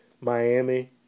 Miami